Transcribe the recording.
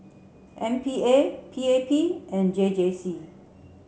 M P A P A P and J J C